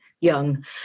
young